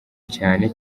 cyane